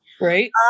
Right